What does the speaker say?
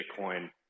Bitcoin